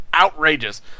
outrageous